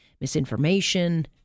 misinformation